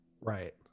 Right